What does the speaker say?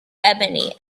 ebony